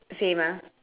same ah